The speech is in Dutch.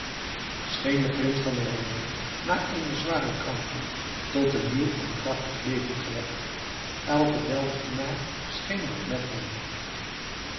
scheen de prins van oranje na eene zware krankte tot een nieuw en krachtig leven gewekt elke delftenaar scheen dat met hem